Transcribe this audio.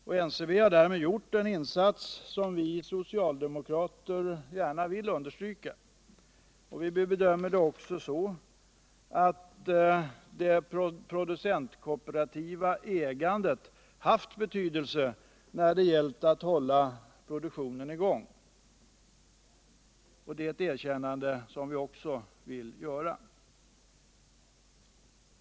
NCB har därmed gjort en insats som vi socialdemokrater gärna vill understryka. Vi bedömer det också så att det producentkooperativa ägandet haft betydelse när det gällt att hålla produktionen i gång — det är ett erkännande som vi vill göra.